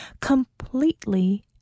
Completely